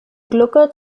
gluckert